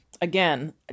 again